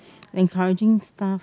encouraging stuff